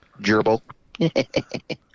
Gerbil